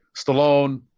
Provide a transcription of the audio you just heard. Stallone